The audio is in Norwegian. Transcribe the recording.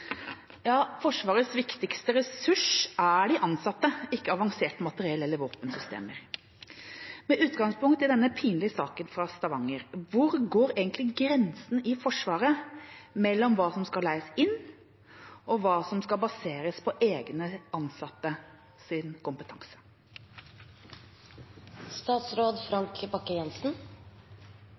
Forsvarets viktigste ressurs er de ansatte, ikke avansert materiell eller våpensystemer. Med utgangspunkt i denne pinlige saken fra Stavanger, hvor går egentlig grensen i Forsvaret mellom hva som skal leies inn, og hva som skal baseres på egne